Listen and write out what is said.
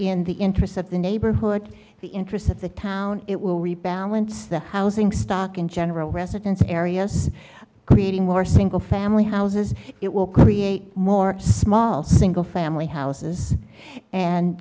in the interests of the neighborhood the interest of the town it will rebalance the housing stock in general residence areas creating more single family houses it will create more small single family houses and